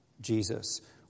Jesus